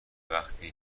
وقتی